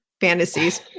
fantasies